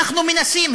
אנחנו מנסים,